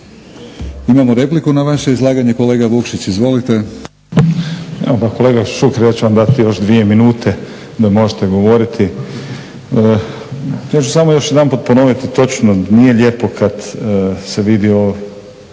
Imamo repliku na vaše izlaganje, kolega Vukšić izvolite.